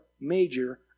major